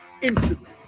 instantly